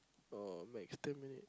oh max ten minute